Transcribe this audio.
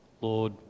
lord